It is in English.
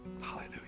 Hallelujah